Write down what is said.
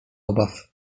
obaw